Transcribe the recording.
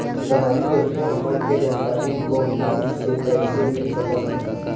सामाजिक योजना हमन के जानकारी फोन से कइसे मिल सकत हे?